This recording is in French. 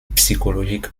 psychologiques